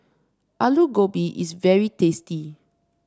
Alu Gobi is very tasty